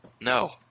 no